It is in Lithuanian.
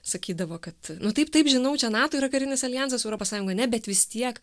sakydavo kad nu taip taip žinau čia nato yra karinis aljansas europos sąjunga ne bet vis tiek